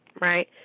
right